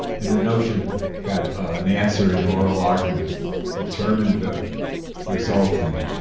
and the notion that an answer in oral argument determined the result in